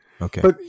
Okay